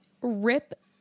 rip